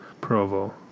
Provo